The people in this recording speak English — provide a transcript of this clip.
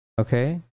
Okay